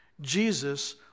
Jesus